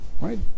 right